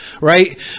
right